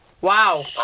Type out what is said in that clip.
Wow